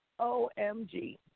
OMG